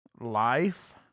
life